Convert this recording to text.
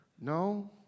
No